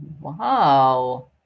Wow